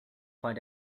find